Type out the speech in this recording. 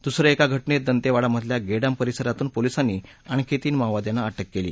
दुस या एका घटनेत दंतेवाडामधल्या गेडाम परिसरातून पोलिसांनी आणखी तीन माओवाद्यांना अटक केली